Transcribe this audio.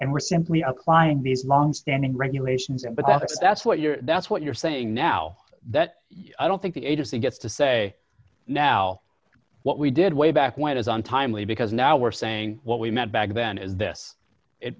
and we're simply applying these longstanding regulations but that excess what you're that's what you're saying now that i don't think the agency gets to say now what we did way back when it was on timely because now we're saying what we meant bag then is